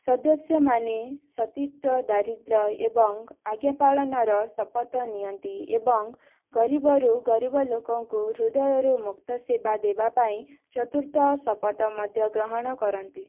ସଦସ୍ୟମାନେ ସତୀତ୍ୱ ଦାରିଦ୍ର୍ୟ ଏବଂ ଆଜ୍ଞା ପାଳନର ଶପଥ ନିଅନ୍ତି ଏବଂ ଗରିବରୁ ଗରିବଲୋକଙ୍କୁ ହୃଦୟରୁ ମୁକ୍ତ ସେବା ଦେବା ପାଇଁ ଚତୁର୍ଥ ଶପଥ ମଧ୍ୟ ଗ୍ରହଣ କରନ୍ତି